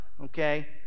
okay